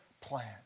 plan